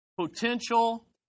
potential